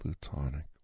plutonic